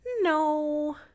no